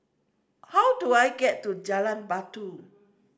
how do I get to Jalan Batu